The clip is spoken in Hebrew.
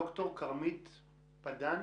ד"ר עמית פדן,